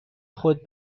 خود